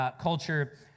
culture